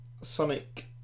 Sonic